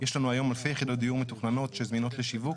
יש לנו היום אלפי יחידות מתוכננות שזמינות לשיווק.